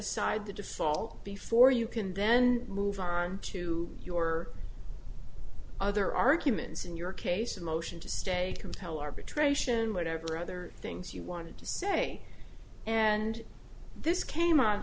aside the default before you can then move on to your other arguments in your case a motion to stay compel arbitration whatever other things you wanted to say and this came up